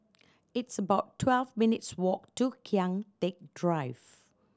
it's about twelve minutes' walk to Kian Teck Drive